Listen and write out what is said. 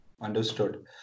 understood